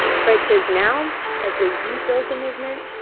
fred says, now as they rebuild the movement,